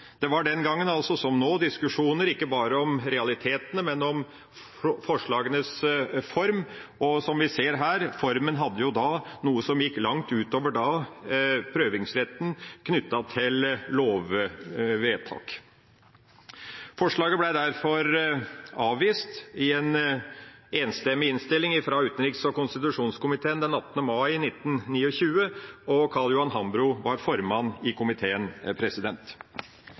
Det var den gangen – altså som nå – diskusjoner ikke bare om realitetene, men om forslagenes form. Og som vi ser her, formen innebar noe som gikk langt utover prøvingsretten knyttet til lovvedtak. Forslaget ble derfor avvist i en enstemmig innstilling fra utenriks- og konstitusjonskomiteen den 18. mai 1929. Carl Johan Hambro var formann i komiteen.